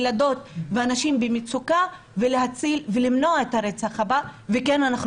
ילדות ואנשים במצוקה ולמנוע את הרצח הבא וכן,